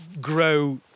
grow